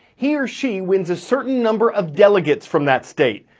he or she wins a certain number of delegates from that state.